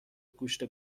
گوشت